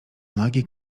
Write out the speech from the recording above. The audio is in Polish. nagi